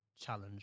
challenge